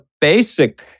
basic